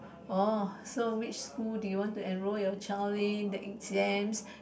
uh so which school do you want to enrol your child in the exams